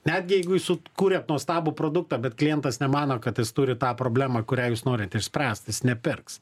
netgi jeigu jūs sukūrėt nuostabų produktą bet klientas nemano kad jis turi tą problemą kurią jūs norit išspręst jis nepirks